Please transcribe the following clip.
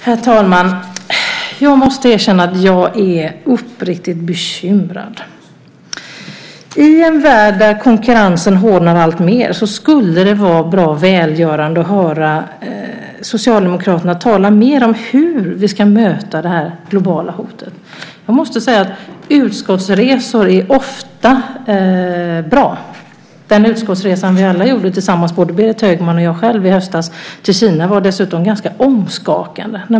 Herr talman! Jag måste erkänna att jag är uppriktigt bekymrad. I en värld där konkurrensen hårdnar alltmer skulle det vara bra välgörande att höra Socialdemokraterna tala mer om hur vi ska möta det globala hotet. Jag måste säga att utskottsresor är ofta bra. Den utskottsresa vi alla gjorde tillsammans, inklusive Berit Högman och jag själv, i höstas till Kina var dessutom ganska omskakande.